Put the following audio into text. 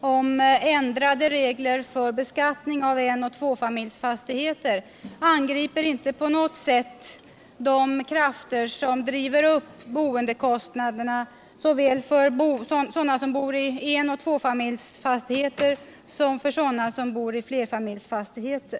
om ändrade regler för beskattning av enoch tvåfamiljsfastigheter angriper inte på något sätt de krafter som driver upp boendekostnaderna såväl för sådana som bor i enoch tvåfamiljsfastigheter som för sådana som bor i flerfamiljsfastigheter.